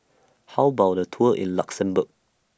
How about A Tour in Luxembourg